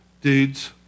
dudes